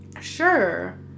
Sure